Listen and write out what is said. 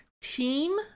team